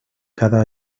cada